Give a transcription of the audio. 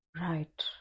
Right